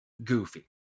goofy